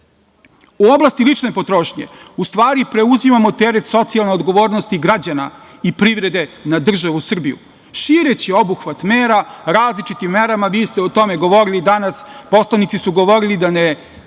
oblasti lične potrošnje u stvari preuzimamo teret socijalne odgovornosti građana i privrede na državu Srbiju šireći obuhvat mera različitim merama, vi ste o tome govorili danas, poslanici su govorili, da ne